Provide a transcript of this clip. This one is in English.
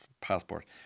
passport